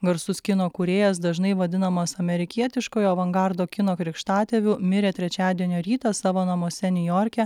garsus kino kūrėjas dažnai vadinamas amerikietiškojo avangardo kino krikštatėviu mirė trečiadienio rytą savo namuose niujorke